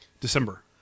December